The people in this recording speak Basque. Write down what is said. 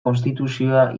konstituzioa